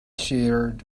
shared